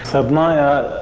of my ah